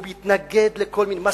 הוא מתנגד לכל מיני,